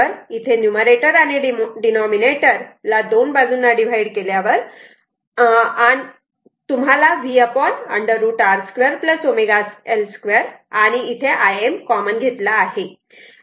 तर इथे तुम्ही नुमरेटर व डिनॉमिनेटर ला दोन बाजूंना डिवाइड केल्यावर तुम्हाला v √ R 2 ω L 2 आणि Im कॉमन घेतला आहे